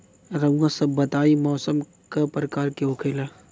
रउआ सभ बताई मौसम क प्रकार के होखेला?